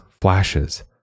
flashes